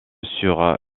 sur